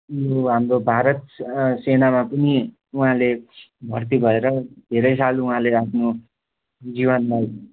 उयो हाम्रो भारत सेनामा पनि उहाँले भर्ती भएर धेरै साल उहाँले आफ्नो जीवनलाई